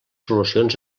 solucions